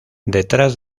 detrás